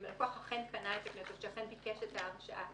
אם לקוח אכן ביקש את ההרשאה,